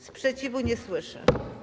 Sprzeciwu nie słyszę.